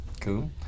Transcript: Cool